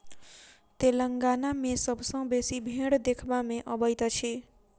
तेलंगाना मे सबसँ बेसी भेंड़ देखबा मे अबैत अछि